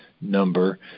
number